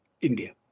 India